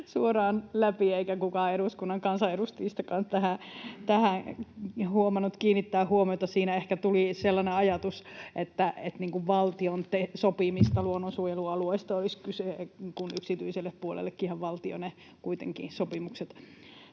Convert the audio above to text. suoraan läpi, eikä kukaan eduskunnan kansanedustajistakaan tähän huomannut kiinnittää huomiota. Siinä ehkä tuli sellainen ajatus, että valtion sopimista luonnonsuojelualueista olisi kyse, kun yksityisellekin puolelle valtio kuitenkin sopimukset